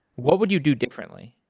what would you do differently?